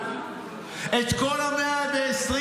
את כל ה-120,